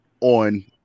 on